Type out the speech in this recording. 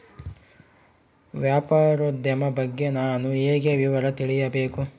ವ್ಯಾಪಾರೋದ್ಯಮ ಬಗ್ಗೆ ನಾನು ಹೇಗೆ ವಿವರ ತಿಳಿಯಬೇಕು?